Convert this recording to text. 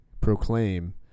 proclaim